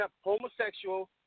homosexual